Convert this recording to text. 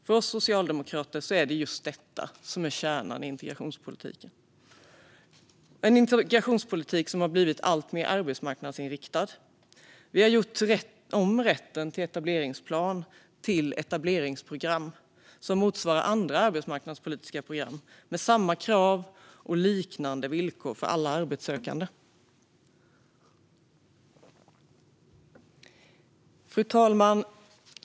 För oss socialdemokrater är det just detta som är kärnan i integrationspolitiken, en integrationspolitik som har blivit alltmer arbetsmarknadsinriktad. Vi har gjort om rätten till etableringsplan till etableringsprogram som motsvarar andra arbetsmarknadspolitiska program, med samma krav och liknande villkor för alla arbetssökande. Fru talman!